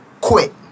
Quit